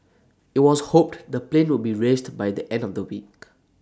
IT was hoped the plane would be raised by the end of the week